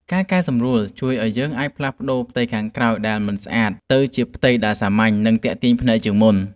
ការកែសម្រួលជួយឱ្យយើងអាចផ្លាស់ប្តូរផ្ទៃខាងក្រោយដែលមិនស្អាតឱ្យទៅជាផ្ទៃដែលសាមញ្ញ និងទាក់ទាញភ្នែកជាងមុន។